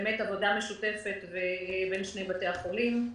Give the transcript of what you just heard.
באמת, עבודה משותפת לשני בתי החולים.